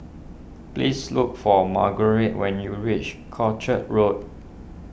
please look for Margurite when you reach Croucher Road